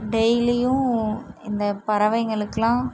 டெய்லியும் இந்த பறவைங்களுக்குலாம்